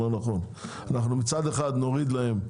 אנחנו מצד אחד נוריד להם,